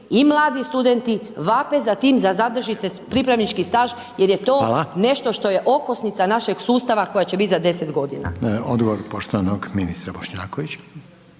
i mladi studenti vape za tim da zadrži se pripravnički staž jer je to…/Upadica: Hvala/…nešto što je okosnica našeg sustava koja će biti za 10 godina.